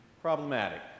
problematic